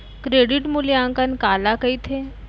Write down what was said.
Credit मूल्यांकन काला कहिथे?